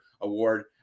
award